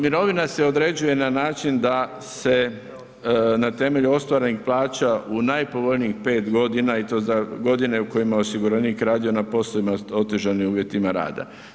Mirovina se određuje na način da se na temelju ostvarenih plaća u najpovoljnijih 5 godina i to za godine u kojima osiguranik radio na poslovima s otežanim uvjetima rada.